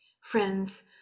Friends